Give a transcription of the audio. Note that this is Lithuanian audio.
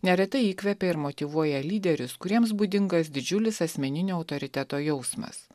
neretai įkvepia ir motyvuoja lyderius kuriems būdingas didžiulis asmeninio autoriteto jausmas